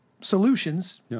solutions